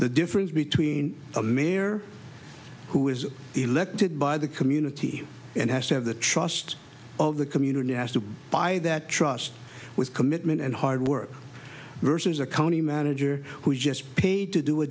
the difference between a mayor who is elected by the community and has to have the trust of the community has to buy that trust with commitment and hard work versus a county manager who just paid to do a